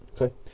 Okay